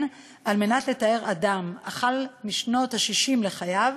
על מנת לתאר אדם החל משנות ה-60 לחייו,